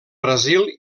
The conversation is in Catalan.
brasil